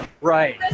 Right